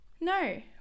no